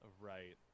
Right